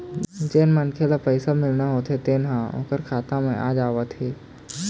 जेन मनखे ल पइसा मिलना होथे तेन ह ओखर खाता म आ जावत हे